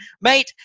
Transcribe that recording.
mate